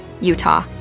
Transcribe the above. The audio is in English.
Utah